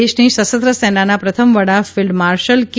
દેશની સશસ્ત્ર સેનાના પ્રથમ વડા ફિલ્ડ માર્શલ કે